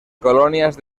colonias